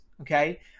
okay